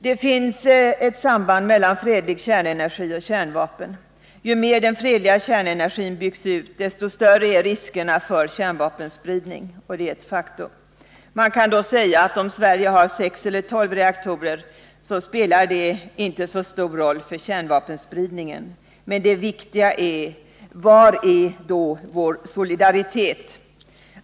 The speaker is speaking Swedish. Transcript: Det finns ett samband mellan fredlig kärnenergi och kärnvapen. Ju mer den fredliga kärnenergin byggs ut, desto större är riskerna för kärnvapenspridning. Det är ett faktum. Man kan då säga att om Sverige har sex eller tolv reaktorer spelar inte så stor roll för kärnvapenspridningen, men det viktiga är: Var finns vår solidaritet?